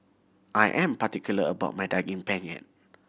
I am particular about my Daging Penyet